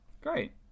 Great